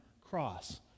Cross